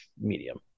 medium